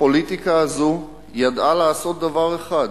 הפוליטיקה הזאת ידעה לעשות דבר אחד,